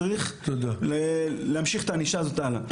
צריך להמשיך את הענישה הזאת הלאה.